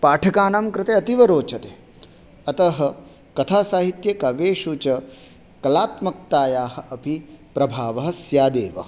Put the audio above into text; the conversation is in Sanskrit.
पाठकानां कृते अतीव रोचते अतः कथासाहित्ये काव्येषु च कलात्मकतायाः अपि प्रभावः स्यादेव